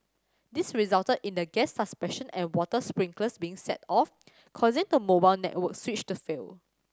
this resulted in the gas suppression and water sprinklers being set off causing the mobile network switch to fail